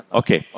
okay